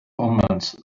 omens